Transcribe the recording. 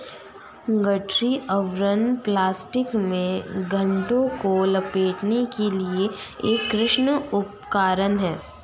गठरी आवरण प्लास्टिक में गांठों को लपेटने के लिए एक कृषि उपकरण है